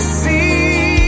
see